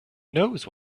knows